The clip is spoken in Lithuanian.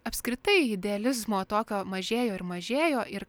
apskritai idealizmo tokio mažėjo ir mažėjo ir